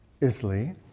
Italy